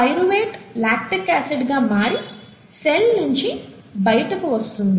pyruvate lactic acid గా మారి cell నించి బైటికి వచ్చేస్తుంది